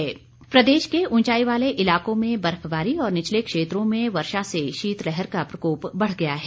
मौसम प्रदेश के उंचाई वाले इलाकों में बर्फबारी और निचले क्षेत्रों में वर्षा से शीतलहर का प्रकोप बढ़ गया है